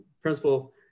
principal